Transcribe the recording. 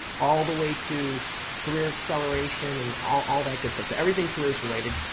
all the way to career acceleration and all all that good stuff. so everything careers related.